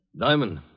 Diamond